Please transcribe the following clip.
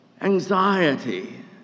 Anxiety